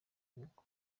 inyungu